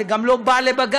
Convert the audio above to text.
זה גם לא הביע לבג"ץ.